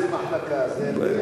תלוי באיזו מחלקה, זה מ-1,500.